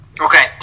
Okay